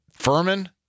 Furman